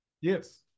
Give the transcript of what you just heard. Yes